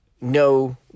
no